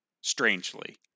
strangely